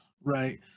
Right